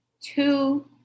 two